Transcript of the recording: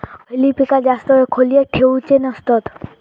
खयली पीका जास्त वेळ खोल्येत ठेवूचे नसतत?